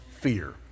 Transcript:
fear